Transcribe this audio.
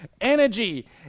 energy